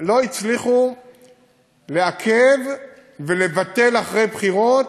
לא הצליחו לעכב ולבטל אחרי בחירות.